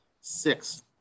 Six